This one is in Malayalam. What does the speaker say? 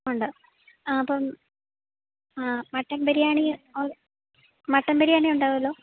ഉണ്ടോ ആ അപ്പം ആ മട്ടൻ ബിരിയാണി ഓ മട്ടൻ ബിരിയാണിയുണ്ടാകുമല്ലോ